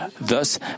Thus